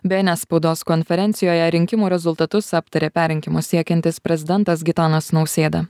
bns spaudos konferencijoje rinkimų rezultatus aptaria perrinkimo siekiantis prezidentas gitanas nausėda